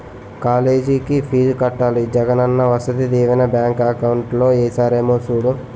కాలేజికి ఫీజు కట్టాలి Jagananna Vasathi Deevena bank account లో ఏసారేమో సూడు